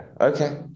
okay